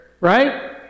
Right